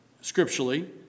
scripturally